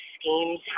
schemes